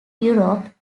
europe